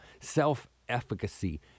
self-efficacy